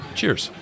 cheers